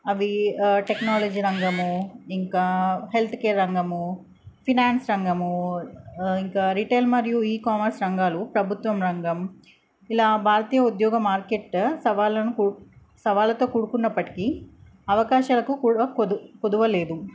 అవి టెక్నాలజీ రంగము ఇంకా హెల్త్ కేర్ రంగము ఫైనాన్స్ రంగము ఇంకా రిటెల్ మరియు ఈకామర్స్ రంగాలు ప్రభుత్వం రంగం ఇలా భారతీయ ఉద్యోగ మార్కెట్ సవాళ్ళను సవాళ్ళతో కూడుకున్నప్పటికీ అవకాశాలకు కొదు కొదవలేదు